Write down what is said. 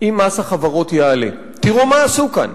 אם מס החברות יעלה, תראו מה עשו כאן.